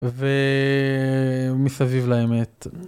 ו... מסביב לאמת.